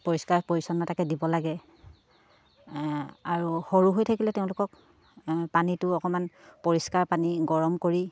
পৰিষ্কাৰ পৰিচ্ছন্নতাকে দিব লাগে আৰু সৰু হৈ থাকিলে তেওঁলোকক পানীটো অকণমান পৰিষ্কাৰ পানী গৰম কৰি